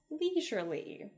leisurely